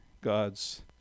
God's